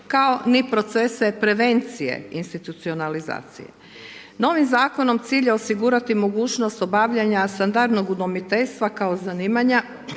kao ni procese prevencije institucionalizacije. Novim zakonom cilj je osigurati mogućnost obavljanja standarnog udomiteljstva kao zanimanja